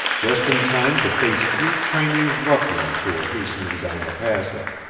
just in time to face three chinese ruffians who were hastening down the passage.